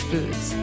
Foods